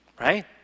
Right